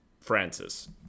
Francis